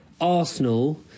Arsenal